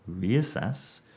reassess